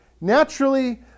naturally